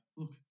look